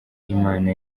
imana